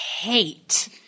hate –